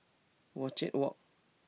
Wajek Walk